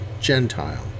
Gentile